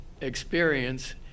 experience